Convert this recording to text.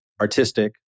artistic